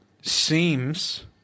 seems